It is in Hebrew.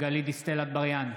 גלית דיסטל אטבריאן,